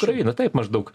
praeina taip maždaug